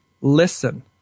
listen